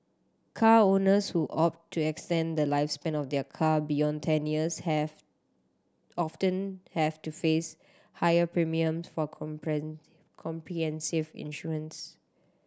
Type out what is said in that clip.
car owners who opt to extend the lifespan of their car beyond ten years have often have to face higher premium for comprehensive insurance